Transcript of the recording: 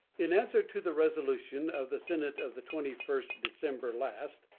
in answer to the resolution of the senate of the twenty first december last,